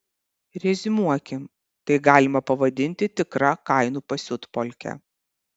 reziumuokim tai galima pavadinti tikra kainų pasiutpolke